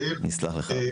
הכל